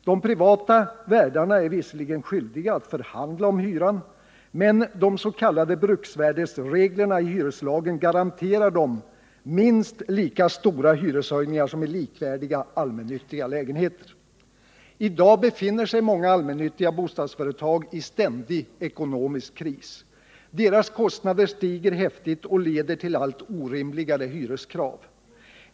De privata värdarna är visserligen skyldiga att förhandla om hyran, men de s.k. bruksvärdesreglerna i hyreslagen garanterar dem minst lika stora hyreshöjningar som i likvärdiga allmännyttiga lägenheter. I dag befinner sig många allmännyttiga bostadsföretag i ständig ekonomisk kris. Deras kostnader stiger häftigt och leder till allt orimligare hyreskrav.